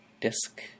disk